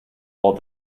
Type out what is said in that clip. while